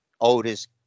otis